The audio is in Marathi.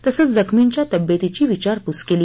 तसेच जखमीच्या तब्येतीची विचारपूस केली